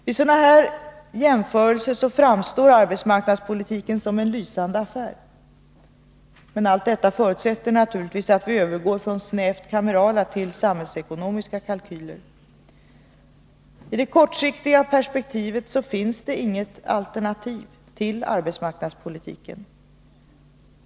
Vid sådana jämförelser framstår arbetsmarknadspolitiken som en lysande affär. Men allt detta förutsätter att vi övergår från snävt kamerala till samhällsekonomiska kalkyler. I det kortsiktiga perspektivet finns inget alternativ till arbetsmarknadspolitiken.